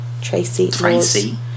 Tracy